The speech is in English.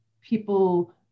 people